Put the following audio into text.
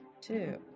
two